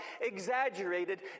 exaggerated